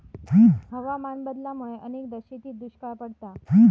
हवामान बदलामुळा अनेकदा शेतीत दुष्काळ पडता